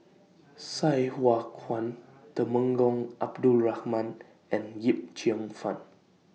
Sai Hua Kuan Temenggong Abdul Rahman and Yip Cheong Fun